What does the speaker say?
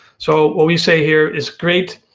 so what we say here is great,